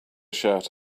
shirt